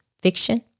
Fiction